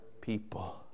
people